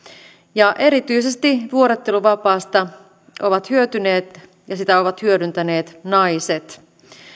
erityisesti vuorotteluvapaasta ovat hyötyneet ja sitä ovat hyödyntäneet naiset